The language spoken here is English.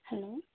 hello